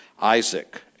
Isaac